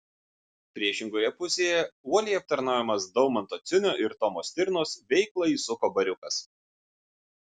priešingoje pusėje uoliai aptarnaujamas daumanto ciunio ir tomo stirnos veiklą įsuko bariukas